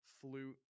flute